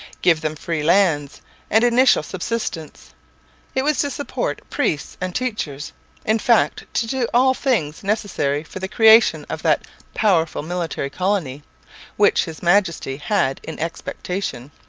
give them free lands and initial subsistence it was to support priests and teachers in fact, to do all things necessary for the creation of that powerful military colony which his majesty had in expectation.